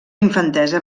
infantesa